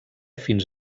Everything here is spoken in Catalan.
fins